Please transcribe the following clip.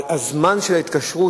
זמן ההתקשרות,